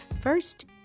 First